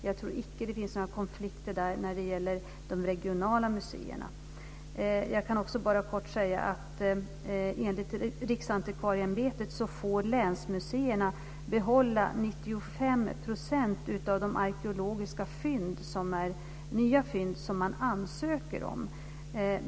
Jag tror inte att det finns några konflikter där när det gäller de regionala museerna. Jag kan också kort säga att enligt Riksantikvarieämbetet får länsmuseerna behålla 95 % av de nya arkeologiska fynd som man ansöker om.